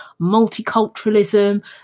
multiculturalism